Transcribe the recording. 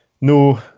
No